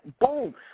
boom